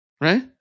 Right